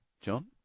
John